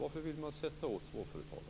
Varför vill de sätta åt småföretagarna?